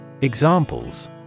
Examples